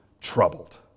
troubled